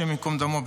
השם ייקום דמו,